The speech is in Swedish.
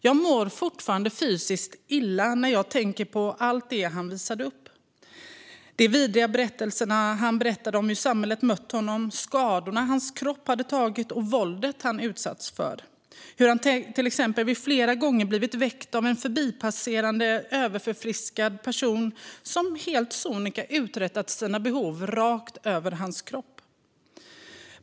Jag mår fortfarande fysiskt illa när jag tänker på allt han visade upp, de vidriga berättelserna han berättade om hur samhället mött honom, skadorna hans kropp lidit och våldet han utsatts för - hur han till exempel flera gånger blivit väckt av att en förbipasserande överförfriskad person helt sonika uträttat sina behov rakt över hans kropp.